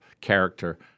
character